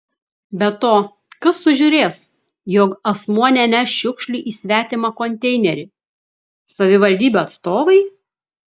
be to kas sužiūrės jog asmuo neneš šiukšlių į svetimą konteinerį savivaldybių atstovai